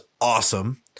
awesome